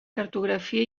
cartografia